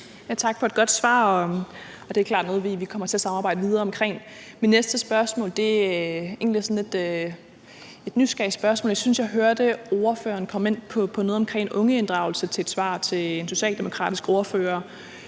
Tak for et godt svar. Det er klart noget, vi kommer til at samarbejde videre om. Mit næste spørgsmål er egentlig sådan et nysgerrigt spørgsmålet. Jeg synes, jeg hørte ordføreren komme ind på noget omkring ungeinddragelse i et svar til den socialdemokratiske ordfører